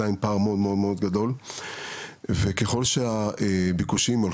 אז ככה שזה עדיין פער מאוד מאוד גדול וככל שהביקוש לדירות